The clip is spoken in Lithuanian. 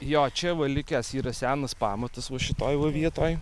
jo čia va likęs yra senas pamatas va šitoj va vietoj